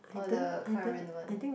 or the current one